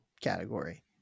category